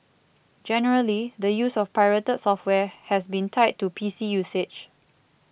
generally the use of pirated software has been tied to P C usage